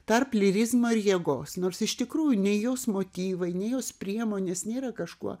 tarp lyrizmo ir jėgos nors iš tikrųjų nei jos motyvai nei jos priemonės nėra kažkuo